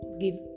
give